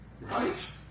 Right